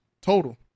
total